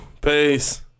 Peace